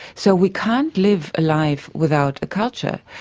so we can't live a life without a culture.